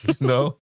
no